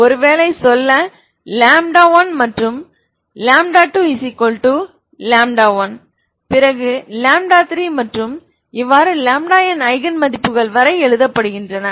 ஒருவேளை சொல்ல 1 மற்றும் 2 1 பிறகு 3 மற்றும் இவ்வாறு n ஐகன் மதிப்புக்கள் வரை எழுதப்படுகின்றன